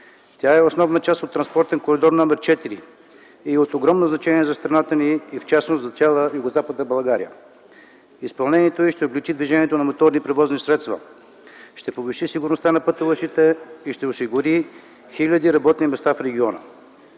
Тя е основна част от Транспортен коридор № 4 и е от огромно значение за страната ни и в частност за цяла Югозападна България. Изпълнението й ще облекчи движението на моторни превозни средства, ще повиши сигурността на пътуващите и ще осигури хиляди работни места в региона.